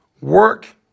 Work